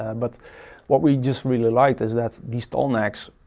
um but what we just really liked is that these tall necks,